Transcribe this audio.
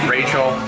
Rachel